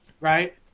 Right